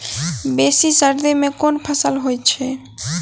बेसी सर्दी मे केँ फसल होइ छै?